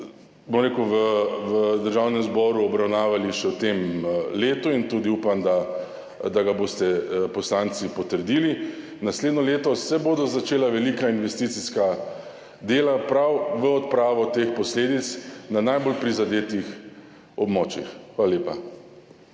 bomo v Državnem zboru obravnavali še v tem letu, tudi upam, da ga boste poslanci potrdili. Naslednje leto se bodo začela velika investicijska dela prav za odpravo teh posledic na najbolj prizadetih območjih. Hvala lepa.